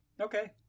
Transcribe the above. Okay